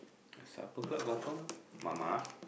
Supper Club confirm mamak